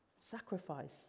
Sacrifice